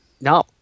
no